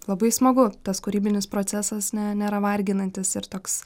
labai smagu tas kūrybinis procesas ne nėra varginantis ir toks